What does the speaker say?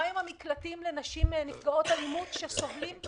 מה עם המקלטים לנשים נפגעות אלימות שסובלות?